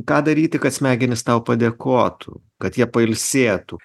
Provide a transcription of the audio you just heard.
ką daryti kad smegenys tau padėkotų kad jie pailsėtų